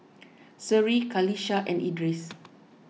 Seri Qalisha and Idris